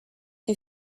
you